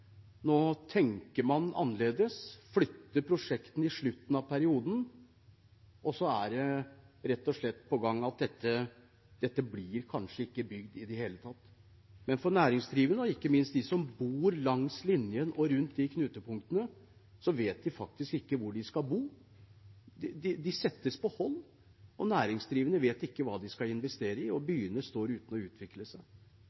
nå tenker man annerledes. Man flytter prosjektene i slutten av perioden, og så er det rett og slett på gang, at dette kanskje ikke blir bygd i det hele tatt. Men de næringsdrivende og ikke minst de som bor langs linjen og rundt de knutepunktene, vet faktisk ikke hvor de skal bo. De settes på hold, næringsdrivende vet ikke hva de skal investere i, og byene står uten å utvikle seg.